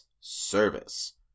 service